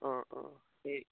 অঁ অঁ এই